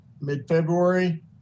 mid-February